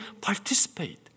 participate